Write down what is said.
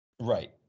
Right